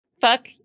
Fuck